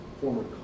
former